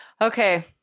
Okay